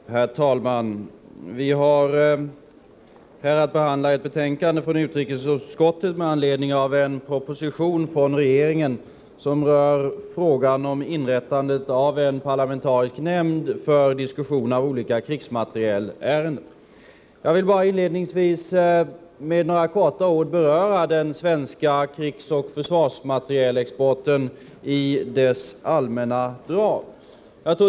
ES , d 3 Ed = rörande krigsmate Herr talman! Vi har här att behandla ett betänkande från utrikesutskottet S rielexport med anledning av en proposition från regeringen som berör frågan om inrättandet av en parlamentarisk nämnd för diskussion av olika krigsmaterielärenden. Jag vill inledningsvis kortfattat beröra den svenska krigsoch försvarsmaterielexporten i dess allmänna drag.